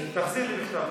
תחזיר לי בכתב.